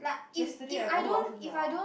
yesterday I go home I also nua